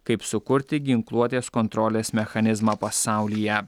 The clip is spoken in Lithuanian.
kaip sukurti ginkluotės kontrolės mechanizmą pasaulyje